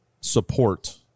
support